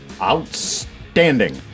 Outstanding